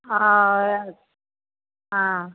हाँ हाँ